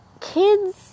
kids